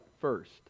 first